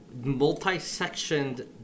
Multi-sectioned